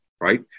right